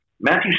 Matthew